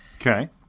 Okay